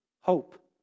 Hope